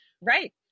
Right